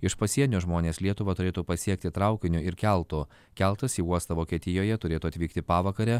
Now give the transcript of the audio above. iš pasienio žmonės lietuvą turėtų pasiekti traukiniu ir keltu keltas į uostą vokietijoje turėtų atvykti pavakare